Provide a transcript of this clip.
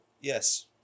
yes